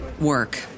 work